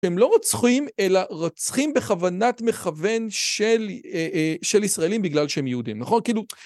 שהם לא רוצחים, אלא רוצחים בכוונת מכוון של אה... של ישראלים בגלל שהם יהודים. נכון? כאילו...